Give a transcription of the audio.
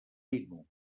linux